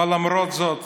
אבל למרות זאת